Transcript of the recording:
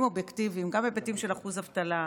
אובייקטיביים: גם היבטים של אחוז אבטלה,